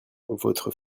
votre